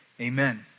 Amen